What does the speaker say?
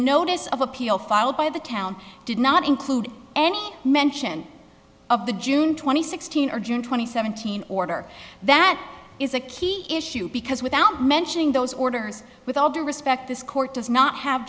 notice of appeal filed by the town did not include any mention of the june twenty sixth hundred twenty seventeen order that is a key issue because without mentioning those orders with all due respect this court does not have